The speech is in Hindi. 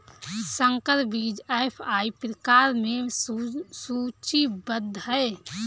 संकर बीज एफ.आई प्रकार में सूचीबद्ध है